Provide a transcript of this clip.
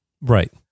Right